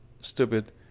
Stupid